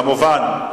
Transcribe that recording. כמובן,